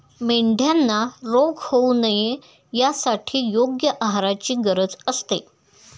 मेंढ्यांना रोग होऊ नये यासाठी योग्य आहाराची गरज असते